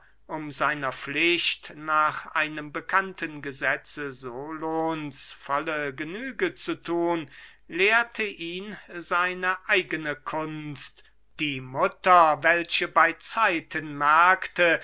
um seiner pflicht nach einem bekannten gesetze solons volle genüge zu thun lehrte ihn seine eigene kunst die mutter welche bey zeiten merkte